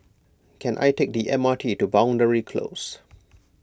can I take the M R T to Boundary Close